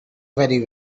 very